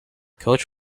coach